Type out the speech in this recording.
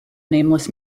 nameless